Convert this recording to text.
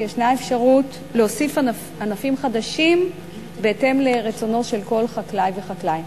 ישנה אפשרות להוסיף ענפים חדשים בהתאם לרצונו של כל חקלאי וחקלאי.